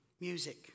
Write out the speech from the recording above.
music